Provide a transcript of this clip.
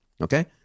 Okay